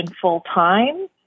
full-time